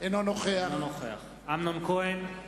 אינו נוכח אמנון כהן,